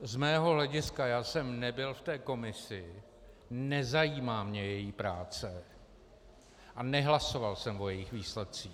Z mého hlediska, já jsem nebyl v té komisi, nezajímá mě její práce a nehlasoval jsem o jejich výsledcích.